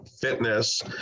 Fitness